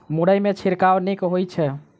मुरई मे छिड़काव नीक होइ छै?